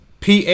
PA